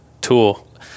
tool